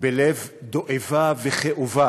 בלב דאוב וכאוב,